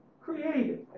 created